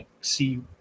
see